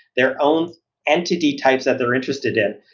their own entity types that they're interested in.